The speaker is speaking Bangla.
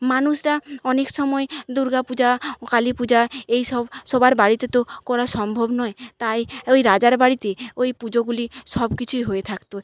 মানুষরা অনেক সময় দুর্গা পূজা কালী পূজা এই সব সবার বাড়িতে তো করা সম্ভব নয় তাই ওই রাজার বাড়িতে ওই পুজোগুলি সব কিছুই হয়ে থাকতো